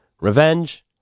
revenge